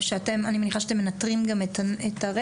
אני מניחה שאתם מנטרים גם את הרשת,